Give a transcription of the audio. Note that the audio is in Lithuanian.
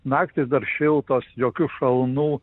naktys dar šiltos jokių šalnų